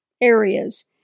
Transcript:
areas